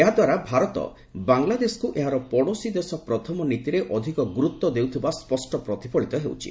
ଏହାଦ୍ୱାରା ଭାରତ ବାଂଲାଦେଶକୁ ଏହାର ପଡୋଶୀ ଦେଶ ପ୍ରଥମ ନୀତିରେ ଅଧିକ ଗୁରୁତ୍ୱ ଦେଉଥିବା ସ୍କଷ୍ଟ ପ୍ରତିଫଳିତ ହେଉଛି